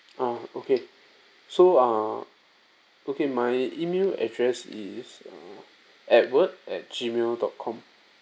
oh okay so uh okay my email address is uh edward at gmail dot com